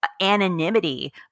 anonymity